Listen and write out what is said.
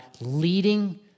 leading